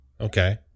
Okay